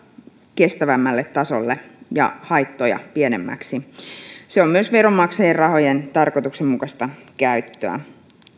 kestävämmälle tasolle ja haittoja pienemmiksi se on myös veronmaksajien rahojen tarkoituksenmukaista käyttöä